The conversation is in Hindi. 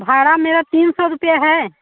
भाड़ा मेरा तीन सौ रुपया है